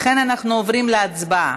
לכן אנחנו עוברים להצבעה.